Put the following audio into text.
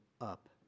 up